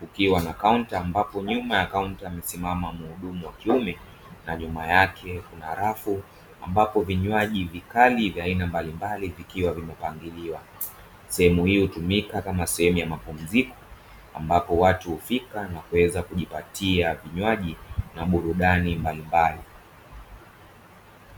likiwa na kaunta ambapo nyuma ya kaunta amesimama mhudumu wa kiume na nyuma yake kuna rafu; ambapo vinywaji vikali vya aina mbalimbali vikiwa vimepangiliwa. Sehemu hii hutumika kama sehemu ya mapumziko ambapo watu hufika na kuweza kujipatia vinywaji na burudani mbalimbali.